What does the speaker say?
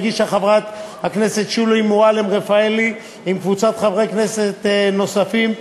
שהגישה חברת הכנסת שולי מועלם-רפאלי עם קבוצת חברי הכנסת נוספים,